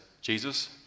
Jesus